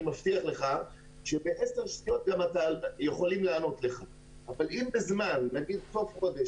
אני מבטיח לך שב-10 שניות יכולים לענות לך אבל אם בסוף חודש למשל,